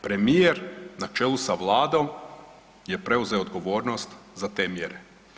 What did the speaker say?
Premijer na čelu sa Vladom je preuzeo odgovornost za te mjere.